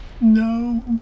No